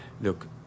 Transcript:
look